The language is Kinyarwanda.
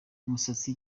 umusatsi